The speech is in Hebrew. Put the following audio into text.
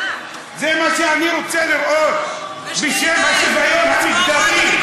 זה מה שאני רוצה לראות בשם השוויון המגדרי.